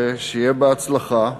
ושיהיה בהצלחה,